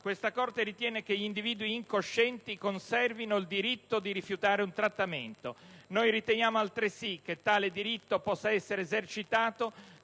questa Corte ritiene che individui incoscienti conservino il diritto di rifiutare un trattamento. Noi riteniamo altresì che tale diritto possa essere esercitato